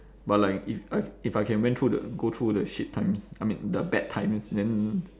but like if I if I can went through the go through the shit times I mean the bad times then